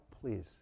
please